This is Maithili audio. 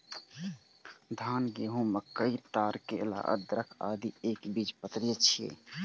धान, गहूम, मकई, ताड़, केला, अदरक, आदि एकबीजपत्री छियै